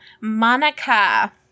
Monica